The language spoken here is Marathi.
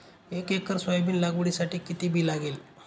एक एकर सोयाबीन लागवडीसाठी किती बी लागेल?